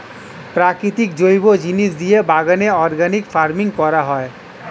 প্রাকৃতিক জৈব জিনিস দিয়ে বাগানে অর্গানিক ফার্মিং করা হয়